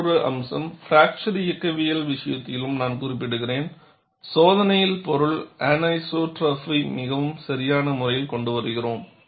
மற்றொரு அம்சம் பிராக்சர் இயக்கவியல் விஷயத்திலும் நான் குறிப்பிடுகிறேன் சோதனையில் பொருள் அனிசோட்ரோபியை மிகவும் சரியான முறையில் கொண்டு வருகிறோம்